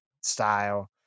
style